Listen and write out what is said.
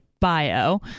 bio